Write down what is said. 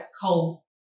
coal